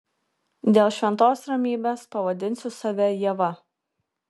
dėl šventos ramybės pavadinsiu save ieva